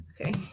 Okay